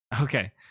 Okay